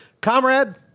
comrade